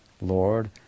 Lord